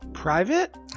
Private